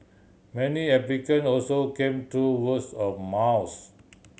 many applicant also came through words of mouth